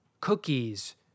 cookies